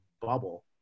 bubble